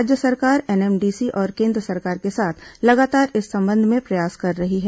राज्य सरकार एनएमडीसी और केन्द्र सरकार के साथ लगातार इस संबंध में प्रयास कर रही है